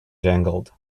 jangled